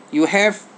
you have